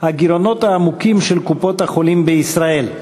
הגירעונות העמוקים של קופות-החולים בישראל.